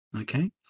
Okay